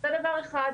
זה דבר אחד.